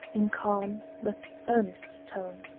in calm but earnest tone.